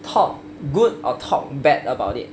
talk good or talk bad about it